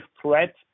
threat